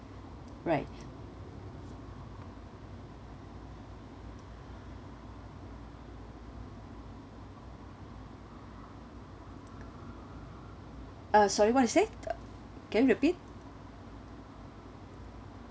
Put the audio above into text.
right uh sorry what you say can you repeat